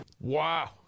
Wow